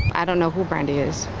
i don't know who brand is.